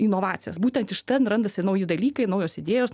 inovacijas būtent iš ten randasi nauji dalykai naujos idėjos